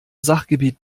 sachgebiet